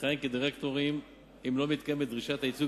לכהן כדירקטורים אם לא מתקיימת דרישת הייצוג